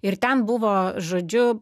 ir ten buvo žodžiu